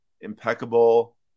impeccable